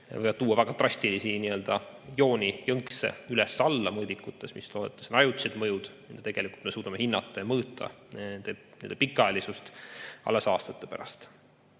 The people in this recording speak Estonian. võivad tuua väga drastilisi jooni-jõnkse üles-alla mõõdikutes, mis loodetavasti on ajutised mõjud. Tegelikult me suudame hinnata ja mõõta nende pikaajalisust alles aastate pärast.